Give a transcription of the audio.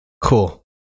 Cool